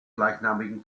gleichnamigen